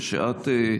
ואת,